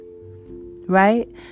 right